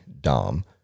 Dom